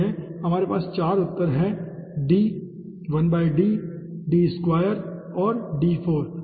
हमारे पास 4 उत्तर हैं D 1D D2 और D4 ठीक है